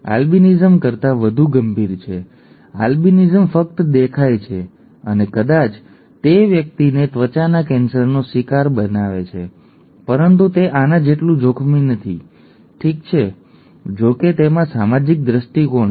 albinism કરતા વધુ ગંભીર છે આલ્બિનિઝમ ફક્ત દેખાય છે અને કદાચ તે વ્યક્તિને ત્વચાના કેન્સરનો શિકાર બનાવે છે પરંતુ તે આના જેટલું જોખમી નથી ઠીક છે જો કે તેમાં સામાજિક દૃષ્ટિકોણ છે